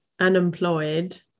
unemployed